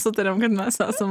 sutarėm kad mes esam